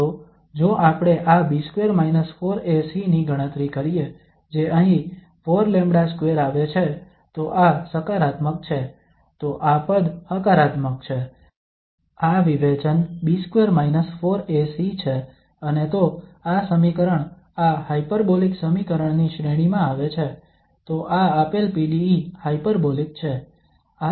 તો જો આપણે આ B2 4AC ની ગણતરી કરીએ જે અહીં 4𝜆2 આવે છે તો આ સકારાત્મક છે તો આ પદ હકારાત્મક છે આ વિવેચન B2 4AC છે અને તો આ સમીકરણ આ હાયપરબોલિક સમીકરણની શ્રેણીમાં આવે છે તો આ આપેલ PDE હાયપરબોલિક છે